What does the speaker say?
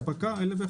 כן.